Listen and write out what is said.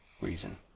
reason